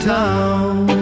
town